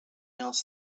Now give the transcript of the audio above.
else